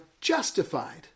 justified